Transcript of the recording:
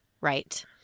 Right